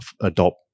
adopt